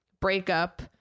breakup